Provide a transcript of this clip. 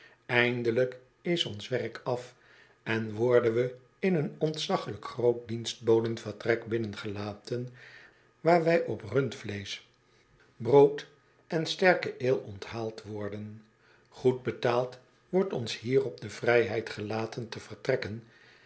eindelijk is ons werk af en worden we in een ontzaglijk groot dienstboden vertrek binnengelaten waar wij op rundvleesch brood en sterken ale onthaald worden goed betaald wordt ons hierop de vrijheid gelaten te vertrekken